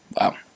wow